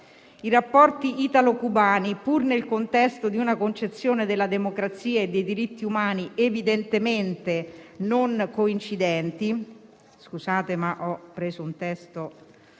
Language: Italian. I rapporti italo-cubani, pur nel contesto di una concezione della democrazia e dei diritti umani evidentemente non coincidenti, sono improntati